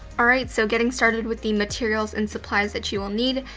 alright, so getting started with the materials and supplies that you will need.